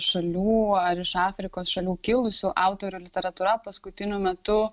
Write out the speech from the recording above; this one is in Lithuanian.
šalių ar iš afrikos šalių kilusių autorių literatūra paskutiniu metu